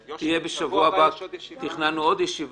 בשבוע הבא תכננו עוד ישיבה.